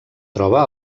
troba